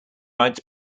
rights